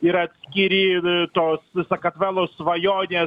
ir atskiri tos sakartvelo svajonės